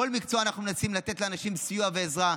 בכל מקצוע אנחנו מנסים לתת לאנשים סיוע ועזרה,